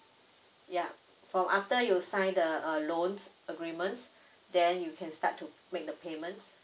yeuh from after you sign the uh loan agreement then you can start to make the payments